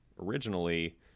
originally